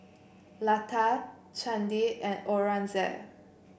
Lata Chandi and Aurangzeb